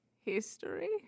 history